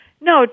No